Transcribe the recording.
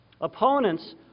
Opponents